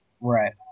Right